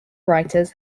writers